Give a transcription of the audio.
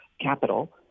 capital